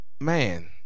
man